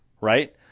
right